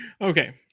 okay